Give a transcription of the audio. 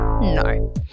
No